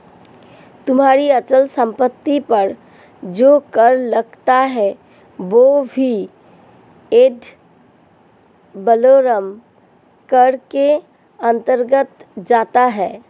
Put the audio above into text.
तुम्हारी अचल संपत्ति पर जो कर लगता है वह भी एड वलोरम कर के अंतर्गत आता है